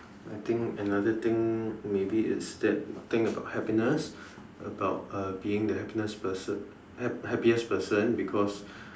I think another thing maybe is that thing about happiness about uh being the happiness person hap~ happiest person because